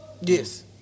Yes